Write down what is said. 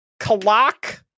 Kalak